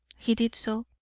he did so.